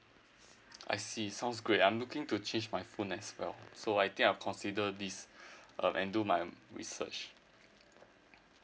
I see sounds great I'm looking to change my phone as well so I think I'll consider this um and do my um research